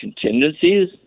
contingencies